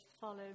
follow